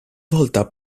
volta